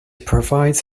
provides